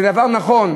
זה דבר נכון,